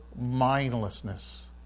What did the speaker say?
mindlessness